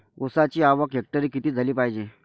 ऊसाची आवक हेक्टरी किती झाली पायजे?